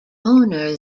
owner